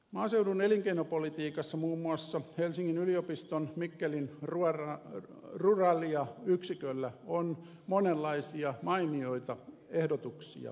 maaseudun elinkeinopolitiikassa muun muassa helsingin yliopiston mikkelin ruralia yksiköllä on monenlaisia mainioita ehdotuksia